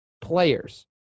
players